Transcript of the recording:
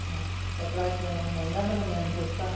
हा कपड़ा कीअं महंगा मिलंदा आहिनि सस्ता